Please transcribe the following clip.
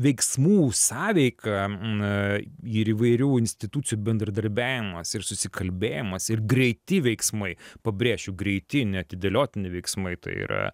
veiksmų sąveika ir įvairių institucijų bendradarbiavimas ir susikalbėjimas ir greiti veiksmai pabrėšiu greiti neatidėliotini veiksmai tai yra